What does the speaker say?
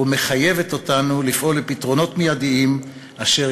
ומחייבת אותנו לפעול לפתרונות מיידיים אשר